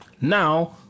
now